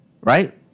Right